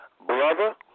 brother